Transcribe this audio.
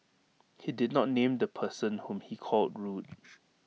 he did not name the person whom he called rude